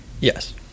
Yes